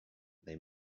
they